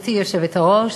גברתי היושבת-ראש,